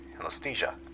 anesthesia